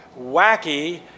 wacky